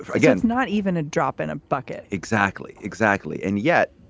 ah again, not even a drop in a bucket. exactly. exactly. and yet,